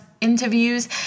interviews